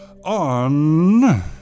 On